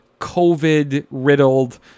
COVID-riddled –